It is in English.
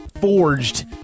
forged